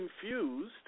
confused